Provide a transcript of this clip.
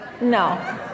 no